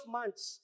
months